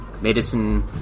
medicine